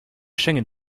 schengen